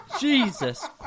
Jesus